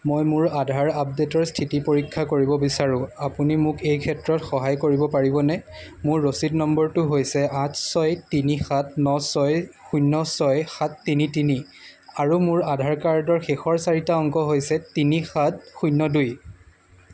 মই মোৰ আধাৰ আপডে'টৰ স্থিতি পৰীক্ষা কৰিব বিচাৰোঁ আপুনি মোক এই ক্ষেত্ৰত সহায় কৰিব পাৰিবনে মোৰ ৰচিদ নম্বৰটো হৈছে আঠ ছয় তিনি সাত ন ছয় শূন্য ছয় সাত তিনি তিনি আৰু মোৰ আধাৰ কাৰ্ডৰ শেষৰ চাৰিটা অংক হৈছে তিনি সাত শূন্য দুই